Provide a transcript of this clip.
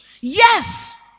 Yes